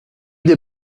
des